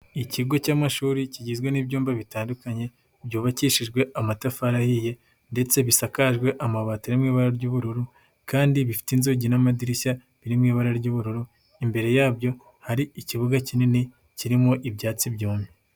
Ikigo cy'amashuri kigizwe n'ibyumba bitandukanye, byubakishijwe amatafarihiye ndetse bisakajwe amabati ari mu ibara ry'ubururu kandi bifite inzugi n'amadirishya biri mu ibara ry'ubururu, imbere yabyo hari ikibuga kinini kirimo ibyatsi byumye.